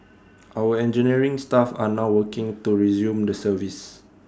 our engineering staff are now working to resume the service